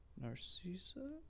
Narcissa